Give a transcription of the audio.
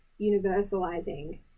universalizing